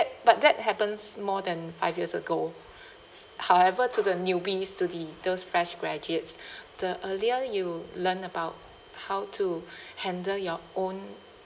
but that happens more than five years ago however to the newbies to the those fresh graduates the earlier you learn about how to handle your own